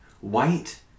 white